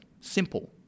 Simple